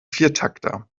viertakter